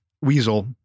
Weasel